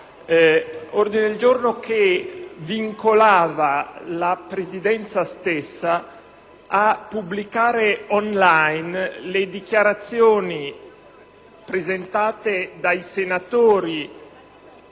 radicali, che vincolava la Presidenza stessa a pubblicare *on line* le dichiarazioni presentate dai senatori